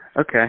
Okay